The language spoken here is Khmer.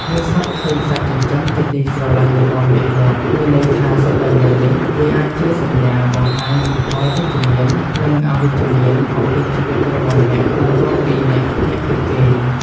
យល់សប្តិឃើញសត្វចិញ្ចឹមជាទីស្រលាញ់របស់អ្នកងាប់ មានន័យថា សុបិន្តមួយនេះ វាអាចជាសញ្ញា បង្ហាញពីផលវិជ្ជមាន និងអវិជ្ជមាន អំពីជីវិតរបស់អ្នក បន្ទាប់ពីអ្នកភ្ញាក់ពីគេង។